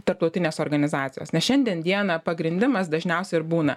tarptautinės organizacijos nes šiandien dieną pagrindimas dažniausia ir būna